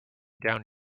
down